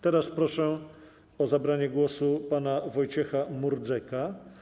Teraz proszę o zabranie głosu pana Wojciecha Murdzeka.